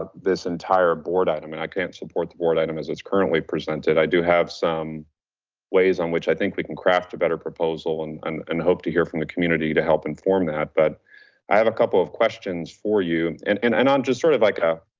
this entire board item, and i can't support the board item as it's currently presented. i do have some ways on which i think we can craft a better proposal and and and hope to hear from the community to help inform that. but i have a couple of questions for you. and and and i'm just sort of like a